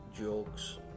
jokes